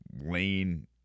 lane